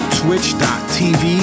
twitch.tv